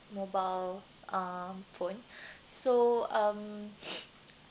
mobile uh phone so um